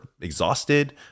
exhausted